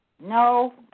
no